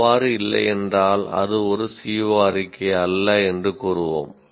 அவ்வாறு இல்லையென்றால் அது ஒரு CO அறிக்கை அல்ல என்று கூறுவோம்